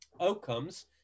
Outcomes